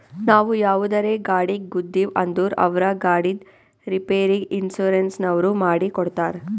ನಾವು ಯಾವುದರೇ ಗಾಡಿಗ್ ಗುದ್ದಿವ್ ಅಂದುರ್ ಅವ್ರ ಗಾಡಿದ್ ರಿಪೇರಿಗ್ ಇನ್ಸೂರೆನ್ಸನವ್ರು ಮಾಡಿ ಕೊಡ್ತಾರ್